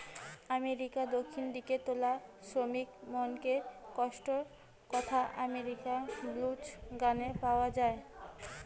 আমেরিকার দক্ষিণ দিকের তুলা শ্রমিকমনকের কষ্টর কথা আগেকিরার ব্লুজ গানে পাওয়া যায়